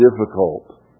difficult